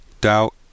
doubt